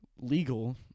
legal